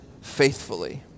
faithfully